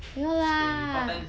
no lah